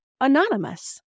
Anonymous